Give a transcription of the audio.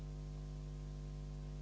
Hvala